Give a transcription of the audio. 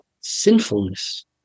sinfulness